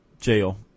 jail